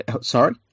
sorry